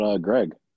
Greg